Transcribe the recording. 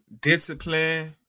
discipline